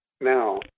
now